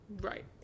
Right